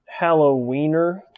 Halloweener